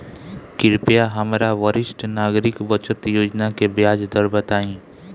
कृपया हमरा वरिष्ठ नागरिक बचत योजना के ब्याज दर बताइं